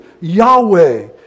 Yahweh